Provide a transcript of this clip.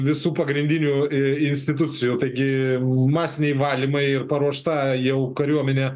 visų pagrindinių institucijų taigi masiniai valymai ir paruošta jau kariuomenė